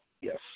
Yes